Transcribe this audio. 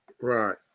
Right